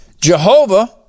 Jehovah